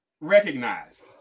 recognized